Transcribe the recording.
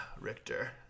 Richter